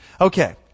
okay